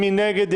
מי נגד?